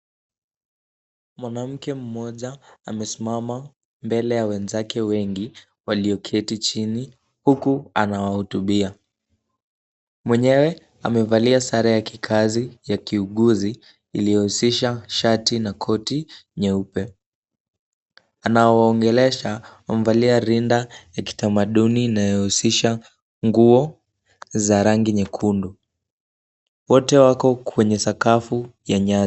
Mwanamke mmoja amesimama mbele ya wenzake wengi walioketi chini , huku anawahutubia , mwenyewe amevalia sare ya kikazi ya kiuguzi iliyohusisha shati na koti nyeupe , anawaongeolesha wamevalia rinda ya kitamaduni inayohusisha nguo za rangi nyekundu, wote wako kwenye sakafu ya nyasi .